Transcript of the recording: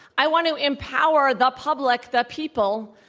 i want to empower the public, the people,